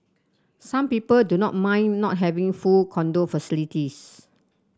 some people do not mind not having full condo facilities